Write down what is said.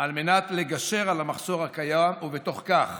על מנת לגשר על המחסור הקיים, ובתוך כך